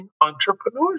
entrepreneurs